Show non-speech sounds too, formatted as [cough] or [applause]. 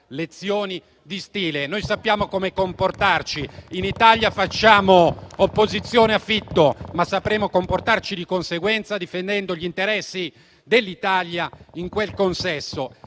lezioni di stile, noi sappiamo come comportarci. [applause] In Italia facciamo opposizione a Fitto, ma sapremo comportarci di conseguenza difendendo gli interessi dell'Italia in quel consesso